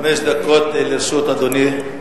חמש דקות לרשות אדוני.